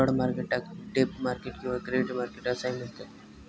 bond मार्केटाक डेब्ट market किंवा क्रेडिट मार्केट असाही म्हणतत